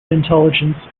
intelligence